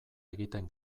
egiten